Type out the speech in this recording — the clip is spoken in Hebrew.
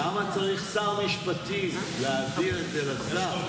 למה צריך שר המשפטים להעביר את זה לשר?